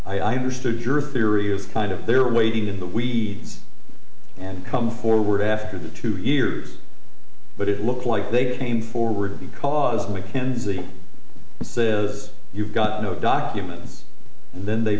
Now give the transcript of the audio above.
i understood your theory is kind of they're waiting in the weeds and come forward after the two years but it looks like they came forward because mackenzie says you've got no documents and then they